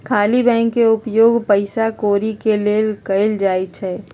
खाली बैंक के उपयोग पइसा कौरि के लेल कएल जाइ छइ